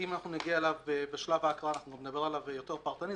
ואם נגיע אליו בשלב ההקראה נדבר עליו באופן פרטני יותר,